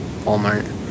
Walmart